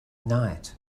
night